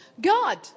God